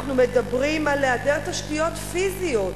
אנחנו מדברים על היעדר תשתיות פיזיות,